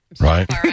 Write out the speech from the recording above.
Right